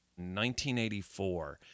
1984